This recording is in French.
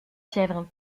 fièvre